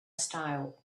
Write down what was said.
style